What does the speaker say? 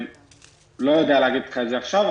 לא יודע להגיד את זה עכשיו.